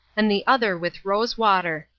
and the other with rose water.